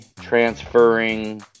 transferring